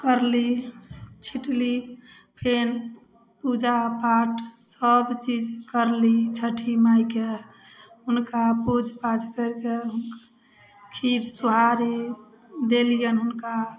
करली छींटली फेर पूजा पाठ सब चीज करली छठि माइके हुनका पोंछ पाछ करिके खीर सुहारी देलियनि हुनका